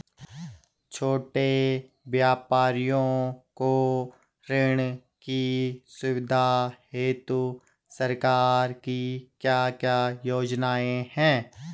छोटे व्यापारियों को ऋण की सुविधा हेतु सरकार की क्या क्या योजनाएँ हैं?